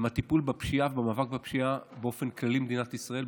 בטיפול בפשיעה ובמאבק בפשיעה באופן כללי במדינת ישראל,